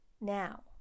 now